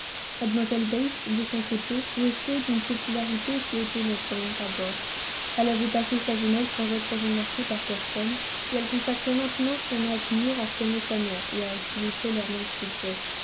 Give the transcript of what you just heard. mlle bates de son côté jouissait d'une popularité qui étonnait au premier abord elle avait passé sa jeunesse sans être remarquée par personne et elle consacrait maintenant son âge mûr à soigner sa mère et à équilibrer leur mince budget